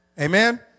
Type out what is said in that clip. Amen